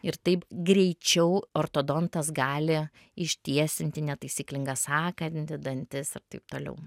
ir taip greičiau ortodontas gali ištiesinti netaisyklingą sąkandį dantis ir taip toliau